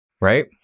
Right